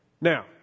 Now